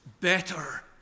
better